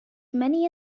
many